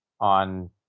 On